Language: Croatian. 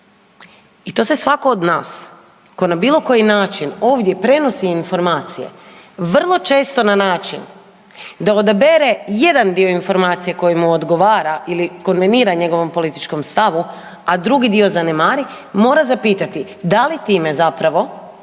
I to se svako od nas koji na bilo koji način ovdje prenosi informacije vrlo često na način da odabere jedan dio informacija koji mu odgovara ili konvenira njegovom političkom stavu, a drugi dio zanemari, mora zapitati da li time zapravo